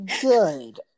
Good